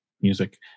music